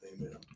Amen